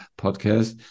podcast